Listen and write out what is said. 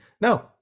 no